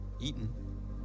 eaten